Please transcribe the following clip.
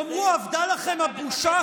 תאמרו, אבדה לכם הבושה?